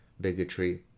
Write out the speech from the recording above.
bigotry